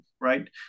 right